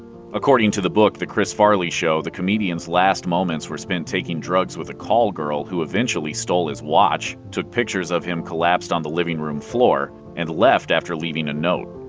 according to the book the chris farley show, the comedian's last moments were spent taking drugs with a call girl, who eventually stole his watch, took pictures of him collapsed on the living room floor, and left after leaving a note.